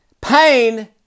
Pain